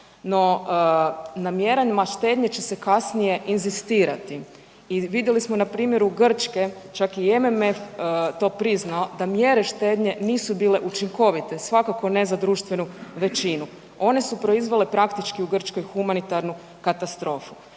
no na mjerama štednje će se kasnije inzistirati. I vidjeli smo na primjeru Grčke, čak je i MMF to priznao da mjere štednje nisu bile učinkovite, svakako ne za društvenu većinu. One su proizvele praktički u Grčkoj humanitarnu katastrofu.